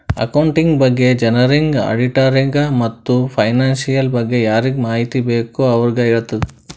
accounting ಬಗ್ಗೆ ಜನರಿಗ್, ಆಡಿಟ್ಟರಿಗ ಮತ್ತ್ ಫೈನಾನ್ಸಿಯಲ್ ಬಗ್ಗೆ ಯಾರಿಗ್ ಮಾಹಿತಿ ಬೇಕ್ ಅವ್ರಿಗ ಹೆಳ್ತುದ್